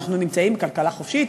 אנחנו נמצאים בכלכלה חופשית,